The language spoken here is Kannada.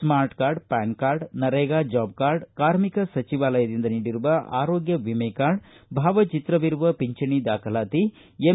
smart card PAN card NREGA job card ಕಾರ್ಮಿಕ ಸಚಿವಾಲಯದಿಂದ ನೀಡಿರುವ ಆರೋಗ್ಯ ವಿಮೆ ಕಾರ್ಡ ಭಾವಚಿತ್ರವಿರುವ ಪಿಂಚಣಿ ದಾಖಲಾತಿ ಎಂ